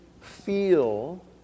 feel